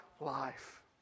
life